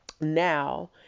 Now